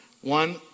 One